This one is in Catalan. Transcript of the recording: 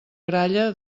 gralla